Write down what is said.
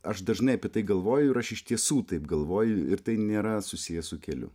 aš dažnai apie tai galvoju ir aš iš tiesų taip galvoju ir tai nėra susiję su keliu